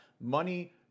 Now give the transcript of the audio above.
money